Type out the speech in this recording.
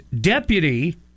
deputy